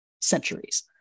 centuries